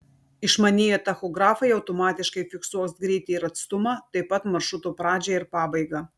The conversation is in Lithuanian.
išmanieji tachografai automatiškai fiksuos greitį ir atstumą taip pat maršruto pradžią ir pabaigą